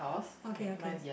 okay okay